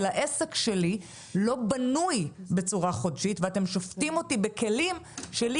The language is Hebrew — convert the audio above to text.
העסק שלי לא בנוי בצורה חודשית ואתם שופטים אותי בכלים שלי